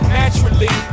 naturally